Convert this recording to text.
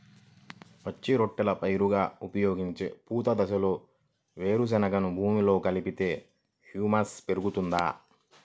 పచ్చి రొట్టెల పైరుగా ఉపయోగించే పూత దశలో వేరుశెనగను భూమిలో కలిపితే హ్యూమస్ పెరుగుతుందా?